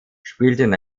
spielten